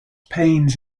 panes